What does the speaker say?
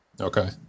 Okay